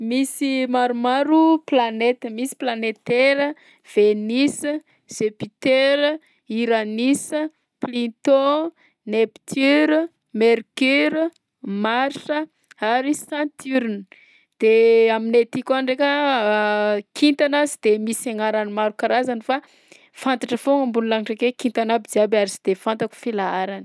Misy maromaro planeta: misy planeta Tera, Venus, Jupiter, Uranus, Pluton, Nepture, Mercure, Marsa ary Saturne. De aminay aty koa ndraika kintana sy de misy agnarany maro karazany fa fantatra foagna ambony lanitra akeo kintana amby jiaby ary sy de fantatro filaharany.